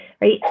right